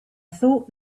thought